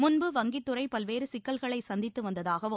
முன்பு வங்கித்துறை பல்வேறு சிக்கல்களை சந்தித்து வந்ததாகவும்